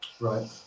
Right